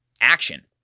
action